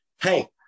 Hey